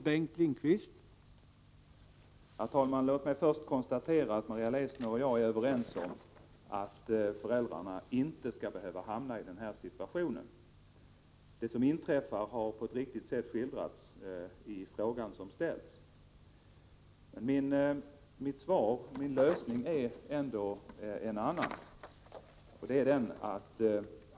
Herr talman! Låt mig först konstatera att Maria Leissner och jag är överens om att föräldrarna inte skall behöva hamna i en sådan här situation. Det som inträffat har på ett riktigt sätt skildrats i den framställda frågan. Men min lösning är ändå en annan.